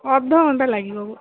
ଅଧ ଘଣ୍ଟା ଲାଗିବ